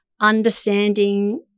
understanding